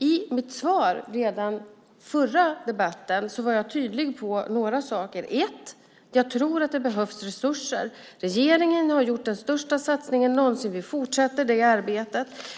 I mitt svar, redan förra debatten, var jag tydlig med några saker. Först och främst tror jag att det behövs resurser. Regeringen har gjort den största satsningen någonsin. Vi fortsätter det arbetet.